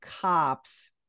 cops